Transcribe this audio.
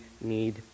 need